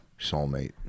soulmate